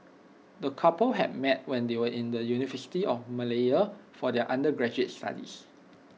the couple had met when they were in the university of Malaya for their undergraduate studies